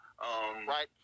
Right